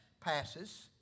passes